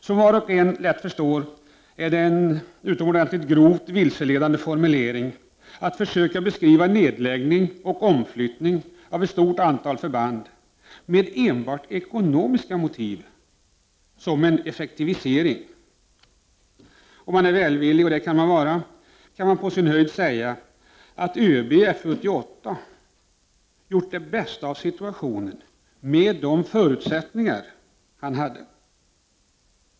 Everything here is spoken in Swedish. Som var och en lätt kan förstå är det utomordentligt grovt vilseledande att försöka beskriva nedläggning och omflyttning av ett stort antal förband som en effektivisering, när motiven enbart är ekonomiska. Om man är välvillig, kan man på sin höjd säga att ÖB i FU 88 har gjort det bästa av situationen med de förutsättningar han hade.